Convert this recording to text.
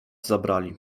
zabrali